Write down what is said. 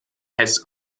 has